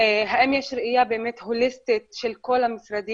האם יש ראייה הוליסטית של כל המשרדים?